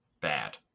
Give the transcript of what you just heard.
Bad